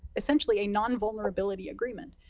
essentially, a non-vulnerability agreement.